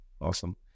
awesome